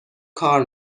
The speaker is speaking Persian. کار